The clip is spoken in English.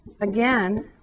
Again